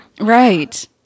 Right